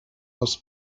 aus